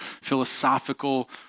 philosophical